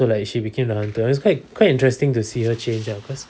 so like she became the hantu it was quite quite interesting to see her change ah cause